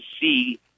see